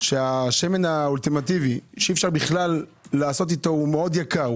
שהשמן האולטימטיבי שהוא מאוד יקר,